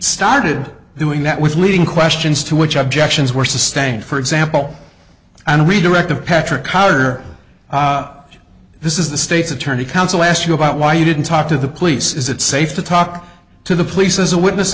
started doing that with leading questions to which objections were sustained for example and redirect of patrick our this is the state's attorney council asked you about why you didn't talk to the police is it safe to talk to the police as a witness